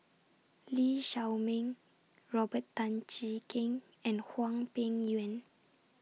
Lee Shao Meng Robert Tan Jee Keng and Hwang Peng Yuan